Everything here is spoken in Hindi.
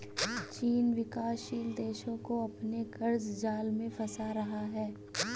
चीन विकासशील देशो को अपने क़र्ज़ जाल में फंसा रहा है